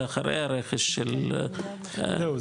זה אחרי הרכש של 1.200. לא,